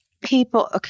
people